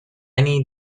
need